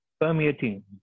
permeating